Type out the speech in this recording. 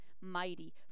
mighty